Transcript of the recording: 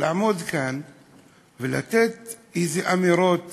לעמוד כאן ולתת אמירות